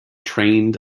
trained